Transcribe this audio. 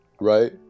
right